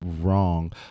wrong